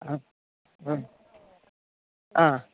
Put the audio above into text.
ആ ആ ആ